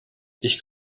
ich